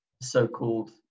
so-called